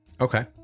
Okay